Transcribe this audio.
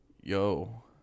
Yo